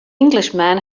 englishman